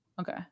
Okay